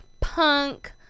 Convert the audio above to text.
punk